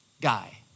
guy